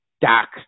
Doc